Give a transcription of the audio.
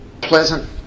pleasant